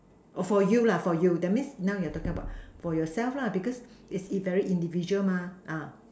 oh for you lah for you that means now you are talking about for yourself lah because is very individual mah ah